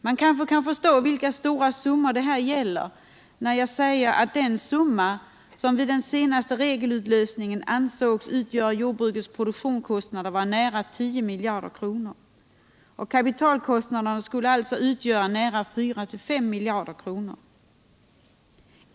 Man kanske kan förstå vilka stora summor det gäller, när jag säger att den summa som vid senaste regelutlösningen ansågs utgöra jordbrukets produktionskostnader var nära 10 miljarder kronor, och kapitalkostnaderna skulle alltså utgöra nära 4-5 miljarder kronor.